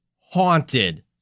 haunted